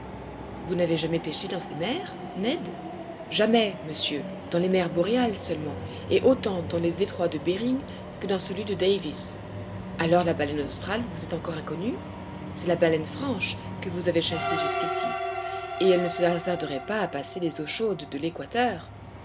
vous n'avez jamais pêché dans ces mers ned jamais monsieur dans les mers boréales seulement et autant dans le détroit de bering que dans celui de davis alors la baleine australe vous est encore inconnue c'est la baleine franche que vous avez chassée jusqu'ici et elle ne se hasarderait pas à passer les eaux chaudes de l'équateur